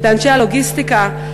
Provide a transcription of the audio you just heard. לאנשי הלוגיסטיקה,